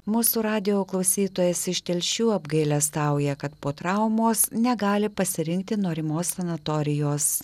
mūsų radijo klausytojas iš telšių apgailestauja kad po traumos negali pasirinkti norimos sanatorijos